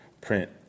print